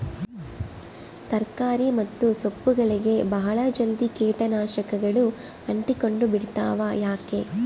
ತರಕಾರಿ ಮತ್ತು ಸೊಪ್ಪುಗಳಗೆ ಬಹಳ ಜಲ್ದಿ ಕೇಟ ನಾಶಕಗಳು ಅಂಟಿಕೊಂಡ ಬಿಡ್ತವಾ ಯಾಕೆ?